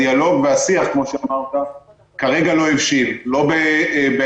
הדיאלוג והשיח, כמו שאמרת, כרגע לא ישיר, לא בהיקף